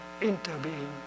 inter-being